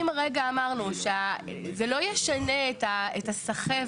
אם הרגע אמרנו שזה לא ישנה את ה"סחבת",